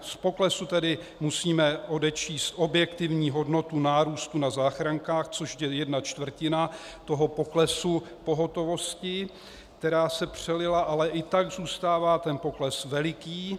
Z poklesu tedy musíme odečíst objektivní hodnotu nárůstu na záchrankách, což je jedna čtvrtina toho poklesu pohotovosti, která se přelila, ale i tak zůstává ten pokles veliký.